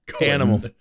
Animal